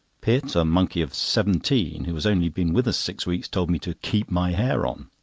pitt, a monkey of seventeen, who has only been with us six weeks, told me to keep my hair on!